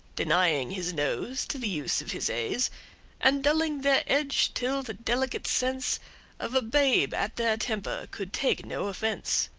denying his nose to the use of his a's and dulling their edge till the delicate sense of a babe at their temper could take no offence.